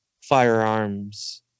firearms